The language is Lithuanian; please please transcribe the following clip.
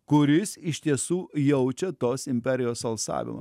kuris iš tiesų jaučia tos imperijos alsavimą